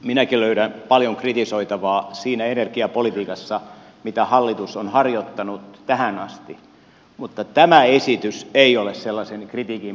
minäkin löydän paljon kritisoitavaa siinä energiapolitiikassa mitä hallitus on harjoittanut tähän asti mutta tämä esitys ei ole sellaisen kritiikin paikka